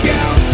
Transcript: out